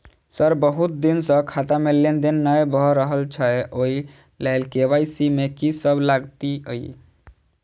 Sir बहुत दिन सऽ खाता मे लेनदेन नै भऽ रहल छैय ओई लेल के.वाई.सी मे की सब लागति ई?